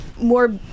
more